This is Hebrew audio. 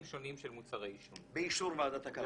שונים של מוצרי עישון." באישור ועדת הכלכלה.